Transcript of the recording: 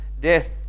death